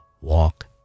walk